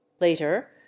Later